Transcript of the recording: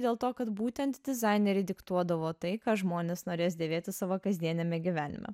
dėl to kad būtent dizaineriai diktuodavo tai ką žmonės norės dėvėti savo kasdieniame gyvenime